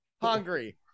hungry